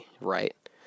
right